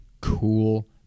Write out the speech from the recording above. cool